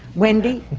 wendy.